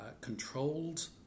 controlled